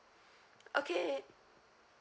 okay